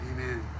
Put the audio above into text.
Amen